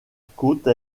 côte